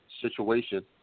situation